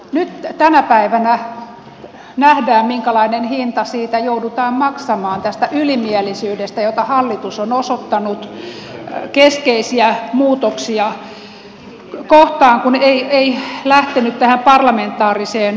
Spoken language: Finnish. nyt tänä päivänä nähdään minkälainen hinta joudutaan maksamaan tästä ylimielisyydestä jota hallitus on osoittanut keskeisiä muutoksia kohtaan kun ei lähtenyt tähän parlamentaariseen valmisteluun